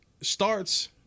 starts